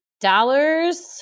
dollars